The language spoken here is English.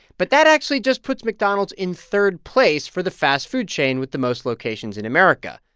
but that actually just puts mcdonald's in third place for the fast-food chain with the most locations in america.